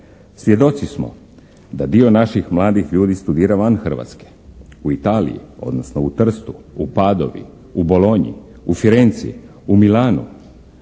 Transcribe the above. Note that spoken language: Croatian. Svjedoci smo da dio naših mladih ljudi studira van Hrvatske, u Italiji, odnosno u Trstu, u Padovi, u Bolonji, u Firenci, u Milanu,